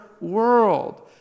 world